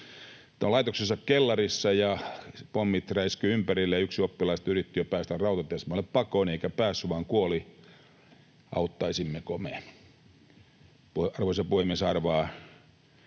laitoksensa kellarissa ja pommit räiskyvät ympärillä, ja yksi oppilaista yritti jo päästä rautatieasemalle pakoon, eikä päässyt vaan kuoli — että auttaisimmeko me. Arvoisa puhemies arvaa,